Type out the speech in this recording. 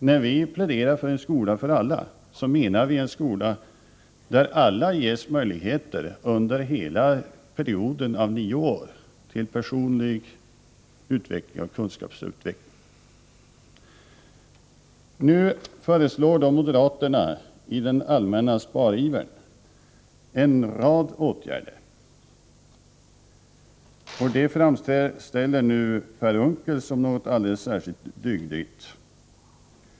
När vi pläderar för en skola för alla menar vi en skola där alla, under hela perioden av nio år, ges möjligheter till personlig utveckling och kunskapsutveckling. I den allmänna sparivern föreslår nu moderaterna en rad åtgärder. Det framställer Per Unckel som någonting alldeles särskilt dygdigt.